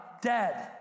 dead